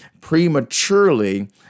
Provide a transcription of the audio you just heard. prematurely